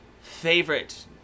favorite